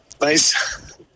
Nice